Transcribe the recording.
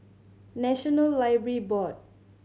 National Library Board